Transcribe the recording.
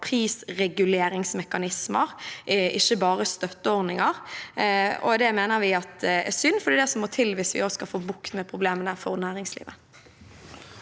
prisreguleringsmekanismer, ikke bare støtteordninger. Dette mener vi er synd, for det er det som må til hvis skal få bukt med problemene for næringslivet.